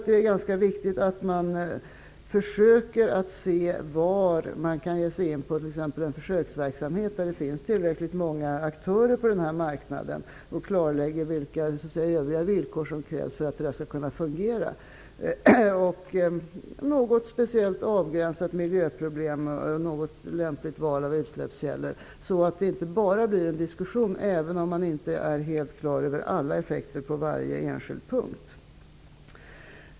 Det är viktigt att man försöker se var det finns tillräckligt många aktörer på den här marknaden för att man skall kunna ge sig in på t.ex. en försöksverksamhet och att man klarlägger vilka övriga villkor som krävs för att det skall kunna fungera. Det måste vara något speciellt avgränsat miljöproblem, och man måste göra något lämpligt val av utsläppskällor, så att det inte bara blir en diskussion, även om man inte är helt klar över alla effekter på varje enskild punkt.